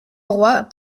auroi